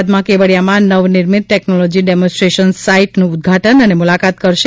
બાદમાં કેવડીયામાં નવનિર્મિત ટેકનોલોજી ડેમોસ્ટ્રેશન સાઈટનું ઉદઘાટન અને મ્રલાકાત કરશે